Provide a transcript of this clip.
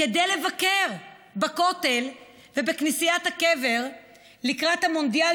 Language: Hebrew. כדי לבקר בכותל ובכנסיית הקבר לקראת המונדיאל